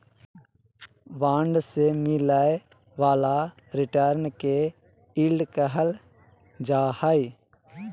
bond से मिलय वाला रिटर्न के यील्ड कहल जा हइ